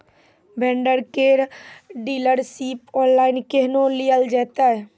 Vendor केर dealership online केहनो लियल जेतै?